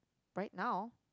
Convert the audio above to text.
right now